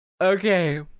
Okay